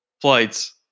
flights